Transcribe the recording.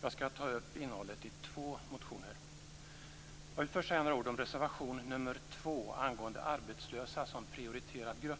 Jag skall ta upp innehållet i två motioner. Jag vill först säga några ord om reservation nr 2 angående arbetslösa som prioriterad grupp.